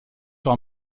sur